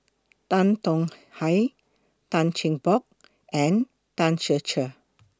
Tan Tong Hye Tan Cheng Bock and Tan Ser Cher